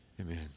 Amen